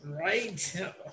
Right